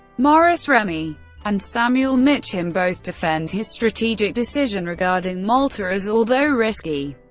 maurice remy and samuel mitcham both defend his strategic decision regarding malta as, although risky,